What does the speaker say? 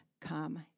come